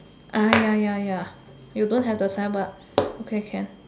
uh ya ya ya ya you don't have the signboard okay can